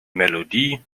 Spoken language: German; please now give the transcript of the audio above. melodie